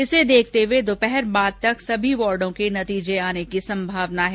इसे देखते हुए दोपहर बाद तक सभी वार्डो के नतीजे आने की संभावना है